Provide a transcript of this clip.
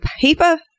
paper